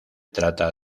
trata